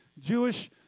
Jewish